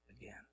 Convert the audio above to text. again